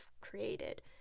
created